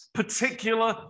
particular